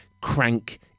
Crank